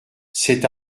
cet